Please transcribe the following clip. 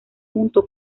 junto